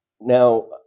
Now